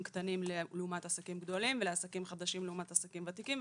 קטנים לעומת עסקים גדולים ולעסקים חדשים לעומת עסקים ותיקים .